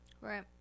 right